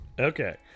okay